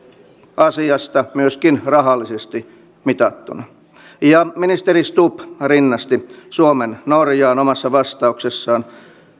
asiasta myöskin rahallisesti mitattuna ministeri stubb rinnasti suomen norjaan omassa vastauksessaan